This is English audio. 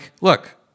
look